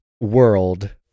world